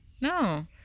no